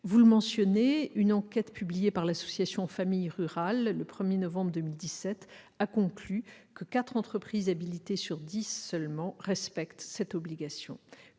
également mentionné une enquête publiée par l'association Familles rurales le 1 novembre 2017, selon laquelle 4 entreprises habilitées sur 10, seulement, respectent cette obligation.